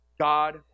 God